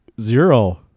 Zero